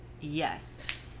yes